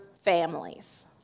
families